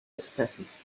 éxtasis